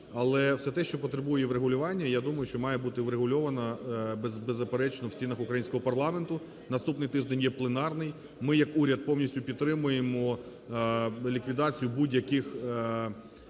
Але все те, що потребуєврегулюванняЮ я думаю, що має бути врегульовано беззаперечно в стінах українського парламенту. Наступний тиждень є пленарний. Ми як уряд повністю підтримуємо ліквідацію будь-яких